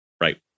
Right